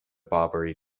barbary